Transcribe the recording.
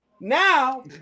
Now